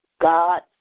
God